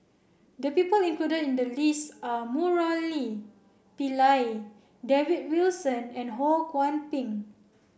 the people included in the list are Murali Pillai David Wilson and Ho Kwon Ping